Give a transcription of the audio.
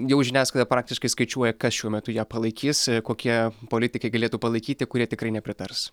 jau žiniasklaida praktiškai skaičiuoja kas šiuo metu ją palaikys kokie politikai galėtų palaikyti kurie tikrai nepritars